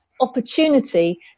opportunity